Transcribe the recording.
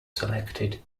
selected